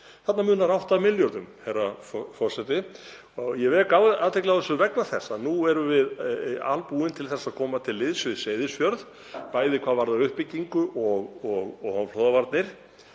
Þarna munar 8 milljörðum, herra forseti. Ég vek athygli á þessu vegna þess að nú erum við albúin til að koma til liðs við Seyðisfjörð, bæði hvað varðar uppbyggingu og ofanflóðavarnir,